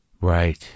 Right